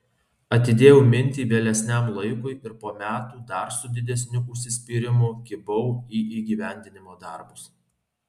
atidėjau mintį vėlesniam laikui ir po metų dar su didesniu užsispyrimu kibau į įgyvendinimo darbus